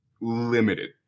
limited